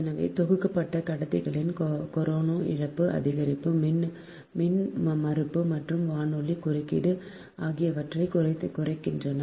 எனவே தொகுக்கப்பட்ட கடத்திகள் கொரோனா இழப்பு அதிகரிப்பு மின்மறுப்பு மற்றும் வானொலி குறுக்கீடு ஆகியவற்றைக் குறைக்கின்றன